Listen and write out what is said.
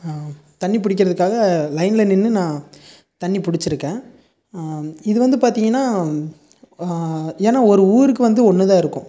தண்ணி பிடிக்கிறதுக்காக லைனில் நின்று நான் தண்ணி பிடிச்சிருக்கேன் இது வந்து பார்த்திங்கனா ஏனா ஒரு ஊருக்கு வந்து ஒன்றுதான் இருக்கும்